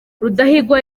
rudahigwa